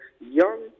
young